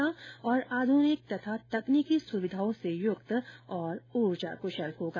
ये भवन आधुनिक तकनीकी सुविधाओं से युक्त और ऊर्जा कुशल होगा